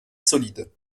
solides